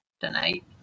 tonight